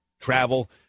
travel